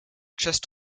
chest